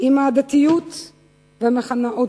עם העדתיות והמחנאות.